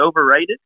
overrated